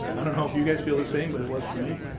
i don't know if you guys feel the same, but it was for me.